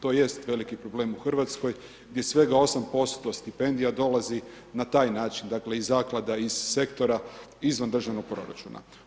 To jeste veliki problem u Hrvatskoj i svega 8% stipendija dolazi na taj način, dakle, iz zaklada, iz sektora izvan državnog proračuna.